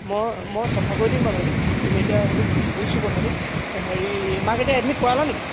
মই মই চাফা কৰি দিম বাৰু ভাইটি তুমি এতিয়া সেইটো বুজিছোঁ কথাটো হেৰি মাক এতিয়া এডমিট কৰালা নেকি